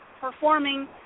performing